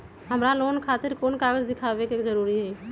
हमरा लोन खतिर कोन कागज दिखावे के जरूरी हई?